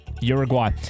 Uruguay